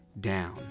down